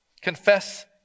Confess